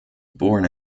born